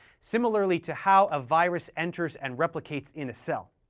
similarly to how a virus enters and replicates in a cell.